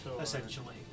essentially